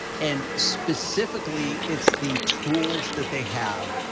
and, specifically, it's the tools that they have.